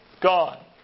God